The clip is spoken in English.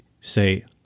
say